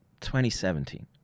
2017